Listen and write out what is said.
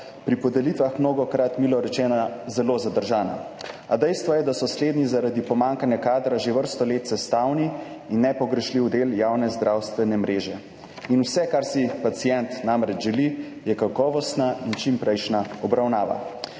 pri podelitvah mnogokrat, milo rečeno, zelo zadržana. A dejstvo je, da so slednji zaradi pomanjkanja kadra že vrsto let sestavni in nepogrešljiv del javne zdravstvene mreže in vse, kar si pacient namreč želi, je kakovostna in čimprejšnja obravnava.